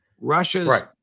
Russia's